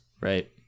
Right